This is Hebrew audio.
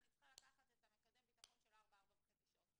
אני צריכה לקחת את מקדם הביטחון של ארבע-ארבע וחצי שעות.